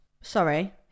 Sorry